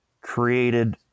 created